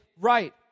right